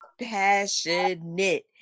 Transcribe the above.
passionate